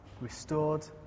restored